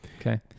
Okay